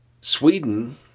Sweden